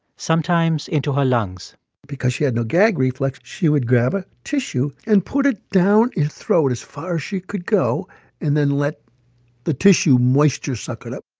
sometimes into her lungs because she had no gag reflex, she would grab a tissue and put it down her throat as far as she could go and then let the tissue moisture suck it up.